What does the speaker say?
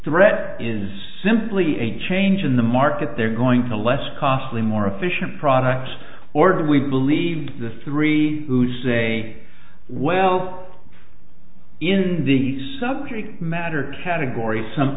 threat is simply a change in the market they're going to less costly more efficient products or do we believe the three who say well in the subject matter category some